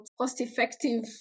cost-effective